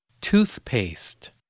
Toothpaste